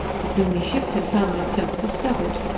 the plumie ship had found itself discovered.